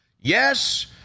Yes